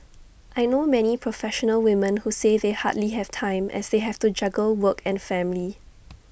I know many professional women who say they hardly have time as they have to juggle work and family